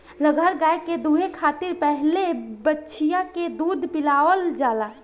लगहर गाय के दूहे खातिर पहिले बछिया के दूध पियावल जाला